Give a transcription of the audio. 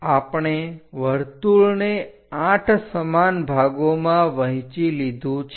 આપણે વર્તુળને 8 સમાન ભાગોમાં વહેંચી લીધું છે